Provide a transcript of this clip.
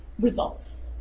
results